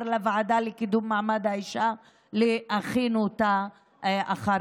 לוועדה לקידום מעמד האישה להכנה לחקיקה.